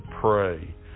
pray